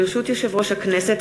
ברשות יושב-ראש הכנסת,